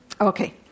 Okay